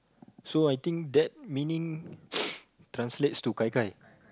so I think that meaning translates to Gai-Gai